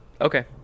Okay